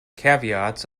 caveats